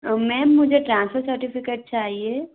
ma'am मुझे transfer certificate चाहिए